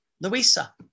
Louisa